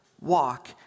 walk